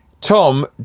tom